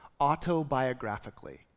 autobiographically